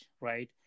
right